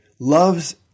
loves